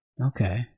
Okay